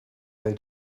they